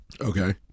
Okay